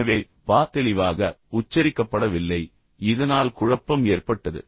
எனவே பா தெளிவாக உச்சரிக்கப்படவில்லை இதனால் குழப்பம் ஏற்பட்டது